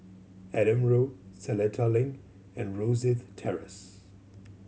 Adam Road Seletar Link and Rosyth Terrace